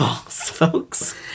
folks